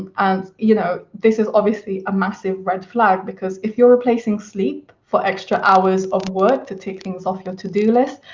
and, you know, this is obviously a massive red flag, because if you're replacing sleep for extra hours of work to tick things off your to-do list,